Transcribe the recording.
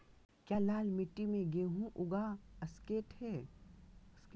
क्या लाल मिट्टी में गेंहु उगा स्केट है?